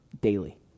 daily